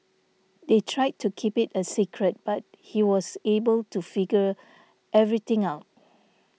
they tried to keep it a secret but he was able to figure everything out